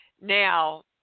Now